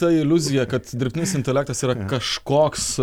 ta iliuzija kad dirbtinis intelektas yra kažkoks